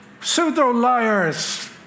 Pseudo-liars